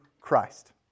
Christ